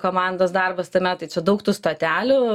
komandos darbas tame tai čia daug tų stotelių